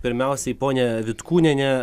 pirmiausiai ponia vitkūniene